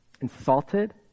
insulted